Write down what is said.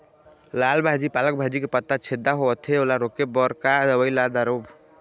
लाल भाजी पालक भाजी के पत्ता छेदा होवथे ओला रोके बर का दवई ला दारोब?